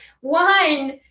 One